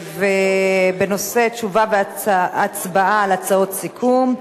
תשובה והצבעה על הצעות סיכום,